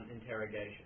interrogation